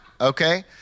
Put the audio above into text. Okay